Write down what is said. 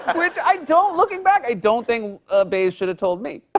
which i don't looking back, i don't think ah baze should've told me.